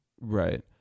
Right